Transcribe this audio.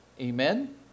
Amen